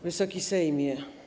Wysoki Sejmie!